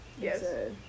Yes